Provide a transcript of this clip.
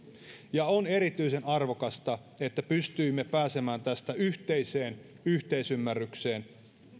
ja on erityisen arvokasta että pystyimme pääsemään tästä yhteiseen yhteisymmärrykseen